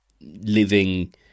living